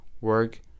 work